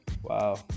Wow